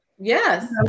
Yes